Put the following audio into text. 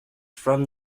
from